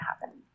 happen